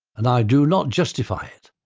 and i do not justify it.